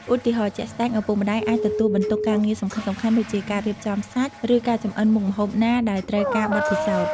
ឧទាហរណ៍ជាក់ស្ដែង ឪពុកម្ដាយ អាចទទួលបន្ទុកការងារសំខាន់ៗដូចជា ការរៀបចំសាច់ ឬការចម្អិនមុខម្ហូបណាដែលត្រូវការបទពិសោធន៍ ។